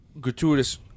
Gratuitous